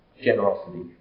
generosity